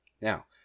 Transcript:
Now